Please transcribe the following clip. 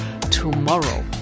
tomorrow